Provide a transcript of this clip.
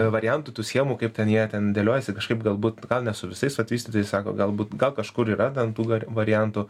variantų tų schemų kaip ten jie ten dėliojasi kažkaip galbūt gal ne su visais vat vystytojais sako galbūt gal kažkur yra ten tų variantų